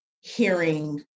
hearing